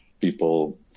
people